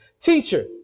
Teacher